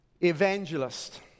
Evangelist